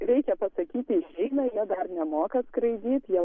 reikia pasakyti išeina jie dar nemoka skraidyt jie